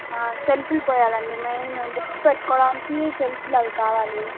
సెల్ఫులు పోయాలండీ main books పెట్టుకోవడానికి సెల్ఫులు అవి కావాలి